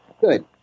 Good